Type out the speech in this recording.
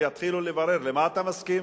ויתחילו לברר: למה אתה מסכים,